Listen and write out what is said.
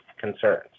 concerns